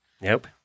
Nope